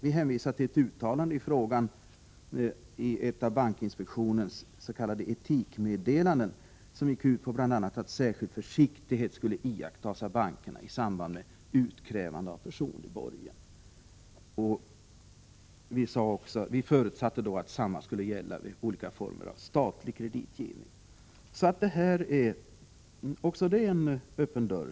Vi hänvisade då till ett uttalande i frågan i ett av bankinspektionens s.k. etikmeddelanden, som bl.a. gick ut på att särskild försiktighet skulle iakttas av bankerna i samband med utkrävande av personlig borgen. Vi förutsatte då att detsamma skulle gälla vid olika former av statlig kreditgivning. Också här är det en öppen dörr.